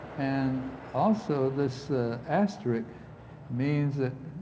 and also this asterisk means that